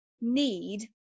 need